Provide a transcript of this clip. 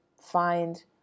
find